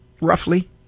roughly